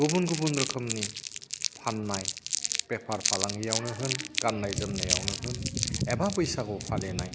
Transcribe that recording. गुबुन गुबुन रोखोमनि फाननाय बेफार फालांगियाव नो होन गाननाय जोमनायावनो होन एबा बैसागु फालिनाय